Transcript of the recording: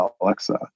Alexa